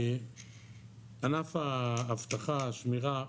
ענף האבטחה, שמירה.